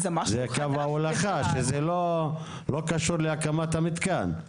זה קו ההולכה שלא קשור להקמת המיתקן.